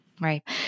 Right